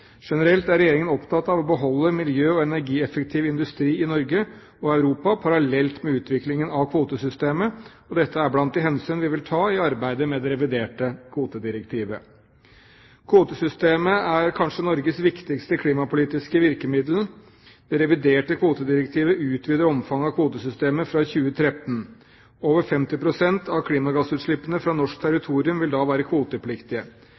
Generelt er Regjeringen opptatt av å beholde miljø- og energieffektiv industri i Norge og Europa parallelt med utviklingen av kvotesystemet. Dette er blant de hensyn vi vil ta i arbeidet med det reviderte kvotedirektivet. Kvotesystemet er kanskje Norges viktigste klimapolitiske virkemiddel. Det reviderte kvotedirektivet utvider omfanget av kvotesystemet fra 2013. Over 50 pst. av klimagassutslippene fra norsk territorium vil da være kvotepliktige.